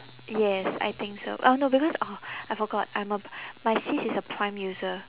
yes I think so I don't know because oh I forgot I'm a p~ my sis is a prime user